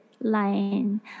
line